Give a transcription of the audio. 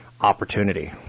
opportunity